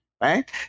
right